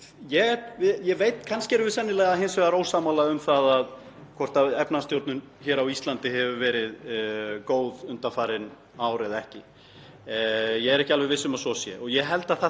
Ég er ekki alveg viss um að svo sé. Og ég held að það þyrfti mjög mikið að ganga á í Evrópu og á evrusvæðinu til að stýrivextir Seðlabanka Evrópu færu upp í sömu hæðir og stýrivextir íslenska seðlabankans.